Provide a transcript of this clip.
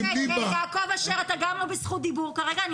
יעקב אשר, אתה גם לא בזכות דיבור כרגע.